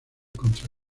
contra